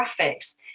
graphics